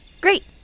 Great